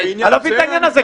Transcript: אני לא מבין את העניין הזה.